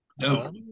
No